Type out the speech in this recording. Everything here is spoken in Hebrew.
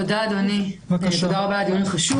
תודה רבה אדוני על הדיון החשוב.